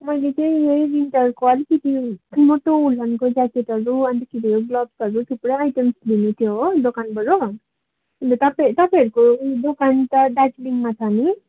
मैले चाहिँ यही विन्टरको अलिकति मोटो उलनको ज्याकेटहरू अन्तखेरि ग्लोब्सहरू थुप्रै आइटमहरू लिनु थियो हो दोकानबाट अन्त तपाईँ तपाईँहरूको दोकान त दार्जिलिङमा छ नि